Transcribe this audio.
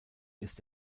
ist